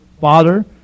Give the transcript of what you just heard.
father